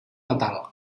natal